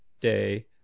Day